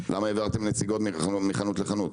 למה העברתם נציגות מחנות לחנות.